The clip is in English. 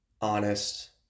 honest